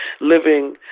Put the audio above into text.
living